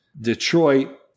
Detroit